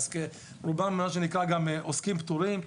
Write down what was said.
רובם עוסקים פטורים,